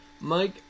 Mike